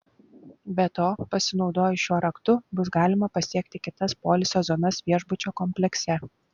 be to pasinaudojus šiuo raktu bus galima pasiekti kitas poilsio zonas viešbučio komplekse